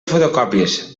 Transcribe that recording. fotocòpies